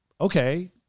okay